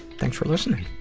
thanks for listening.